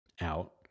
out